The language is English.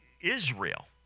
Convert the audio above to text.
israel